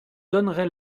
donnerai